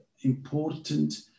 important